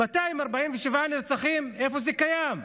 247 נרצחים, איפה זה קיים?